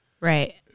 Right